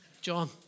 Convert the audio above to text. John